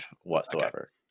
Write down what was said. whatsoever